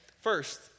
First